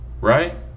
right